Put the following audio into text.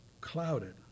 clouded